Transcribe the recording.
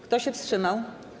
Kto się wstrzymał?